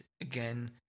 Again